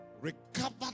Recover